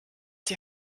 die